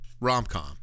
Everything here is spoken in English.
rom-com